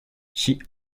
she